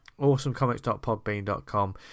awesomecomics.podbean.com